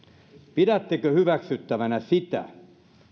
pidättekö hyväksyttävänä sitä